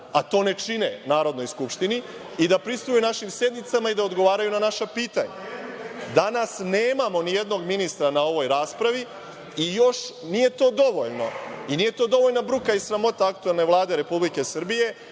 a to ne čine Narodnoj skupštini i da prisustvuje našim sednicama i da odgovaraju na naša pitanja. Danas nemamo ni jednog ministra na ovoj raspravi i još nije to dovoljno, i nije to dovoljna bruka i sramota aktuelne Vlade Republike Srbije